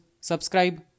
subscribe